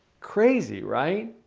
crazy, right?